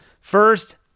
first